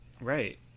Right